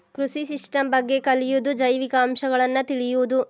ಕೃಷಿ ಸಿಸ್ಟಮ್ ಬಗ್ಗೆ ಕಲಿಯುದು ಜೈವಿಕ ಅಂಶಗಳನ್ನ ತಿಳಿಯುದು